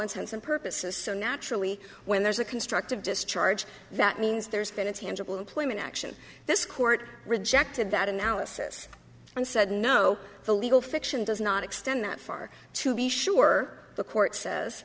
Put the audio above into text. intents and purposes so naturally when there's a constructive discharge that means there's been a tangible employment action this court rejected that analysis and said no the legal fiction does not extend that far to be sure the court says